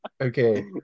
Okay